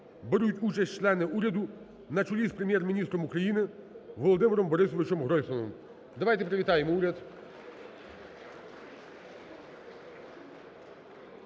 беруть участь члени уряду на чолі з Прем'єр-міністром України Володимиром Борисовичем Гройсманом. Давайте привітаємо уряд.